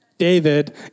David